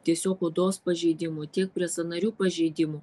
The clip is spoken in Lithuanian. tiesiog odos pažeidimų tiek prie sąnarių pažeidimų